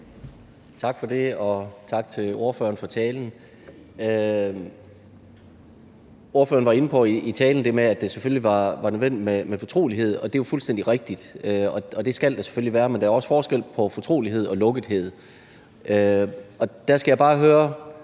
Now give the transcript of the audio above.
Tak for det, og tak til ordføreren for talen. Ordføreren var i talen inde på det med, at det selvfølgelig er nødvendigt med fortrolighed, og det er jo fuldstændig rigtigt. Det skal der selvfølgelig være, men der er også forskel på fortrolighed og lukkethed. Der skal jeg bare høre